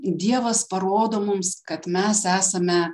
dievas parodo mums kad mes esame